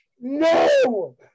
No